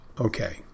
okay